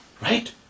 Right